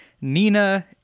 Nina